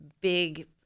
big